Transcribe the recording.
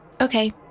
Okay